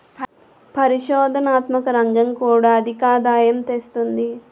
పరిశోధనాత్మక రంగం కూడా అధికాదాయం తెస్తుంది